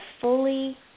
fully